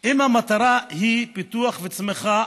אם המטרה היא פיתוח וצמיחה,